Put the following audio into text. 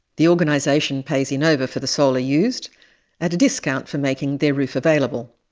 the organisation pays enova for the solar used at a discount for making their roof available,